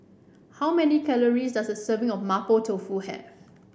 how many calories does a serving of Mapo Tofu have